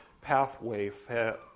pathway